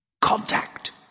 Contact